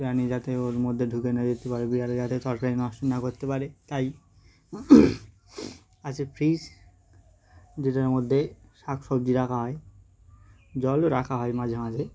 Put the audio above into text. প্রাণী যাতে ওর মধ্যে ঢুকে না যেতে পারে বিড়ালে যাতে তরকারি নষ্ট না করতে পারে তাই আছে ফ্রিজ যেটার মধ্যে শাক সবজি রাখা হয় জলও রাখা হয় মাঝে মাঝে